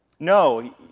No